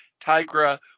Tigra